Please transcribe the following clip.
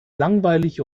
langweilig